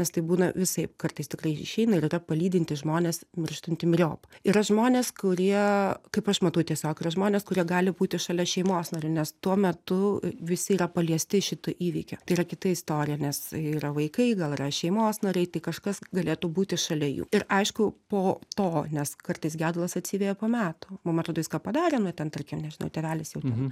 nes tai būna visaip kartais tikrai išeina ir yra palydintys žmonės mirštantį miriop yra žmonės kurie kaip aš matau tiesiog yra žmonės kurie gali būti šalia šeimos narių nes tuo metu visi yra paliesti šito įvykio tai yra kita istorija nes yra vaikai gal yra šeimos nariai tai kažkas galėtų būti šalia jų ir aišku po to nes kartais gedulas atsiveja po metų mum atrodo jis ką padarė nu ten tarkim nežinau tėvelis jau